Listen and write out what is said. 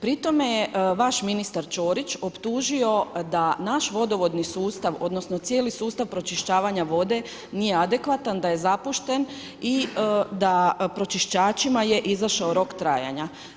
Pri tome je vaš ministar Ćorić optužio da naš vodovodni sustav, odnosno cijeli sustav pročišćavanja vode nije adekvatan, da je zapušten i da pročistačima je izašao rok trajanja.